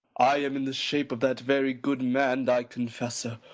i am in the shape of that very good man thy confessor,